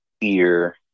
fear